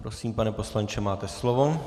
Prosím, pane poslanče, máte slovo.